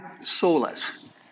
solas